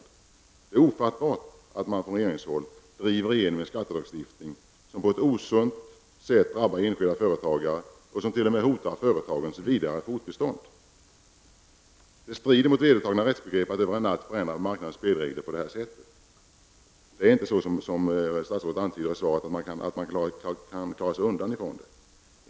Det är ofattbart att man från regeringshåll driver igenom en skattelag som på ett osunt sätt drabbar enskilda företagare och som t.o.m. hotar företagens vidare fortbestånd. Det strider mot vedertagna rättsbegrepp att över en natt förändra marknadens spelregler. Det är inte så som statsrådet antydde i svaret att man kan klara sig undan.